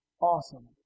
awesome